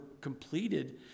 completed